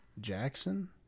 Jackson